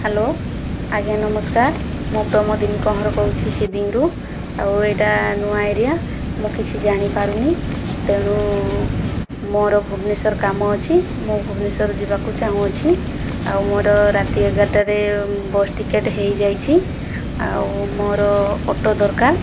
hello ଆଜ୍ଞା ନମସ୍କାର ମୁଁ ପ୍ରମୋଦିନି କଁହର କହୁଛି ସିଦିଙ୍ଗରୁ ଆଉ ଏଟା ନୂଆ ଏରିଆ ମୁଁ କିଛି ଜାଣିପାରୁନି ତେଣୁ ମୋର ଭୁବନେଶ୍ୱର କାମ ଅଛି ମୁଁ ଭୁବନେଶ୍ୱର ଯିବାକୁ ଚାହୁଁଅଛି ଆଉ ମୋର ରାତି ଏଗାରଟାରେ ବସ ଟିକେଟ ହୋଇଯାଇଛି ଆଉ ମୋର ଅଟୋ ଦରକାର